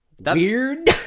weird